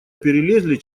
перелезли